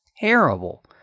terrible